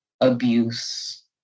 abuse